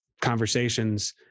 conversations